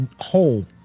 whole